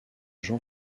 jean